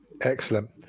Excellent